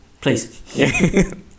please